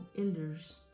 elders